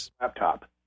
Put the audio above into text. laptop